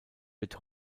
wird